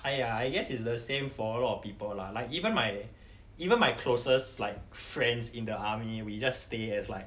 !aiya! I guess it's the same for a lot of people lah like even my even my closest like friends in the army we just stay as like